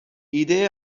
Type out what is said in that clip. ایده